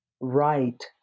right